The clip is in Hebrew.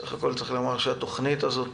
בסך הכול צריך לומר שהתוכנית הזאת